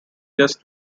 just